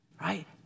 Right